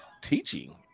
teaching